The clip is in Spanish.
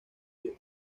view